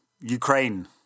Ukraine